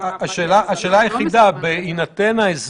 לגביו עוד לא החלטנו,